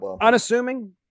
unassuming